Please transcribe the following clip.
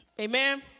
Amen